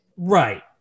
Right